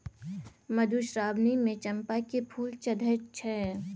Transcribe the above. मधुश्रावणीमे चंपाक फूल चढ़ैत छै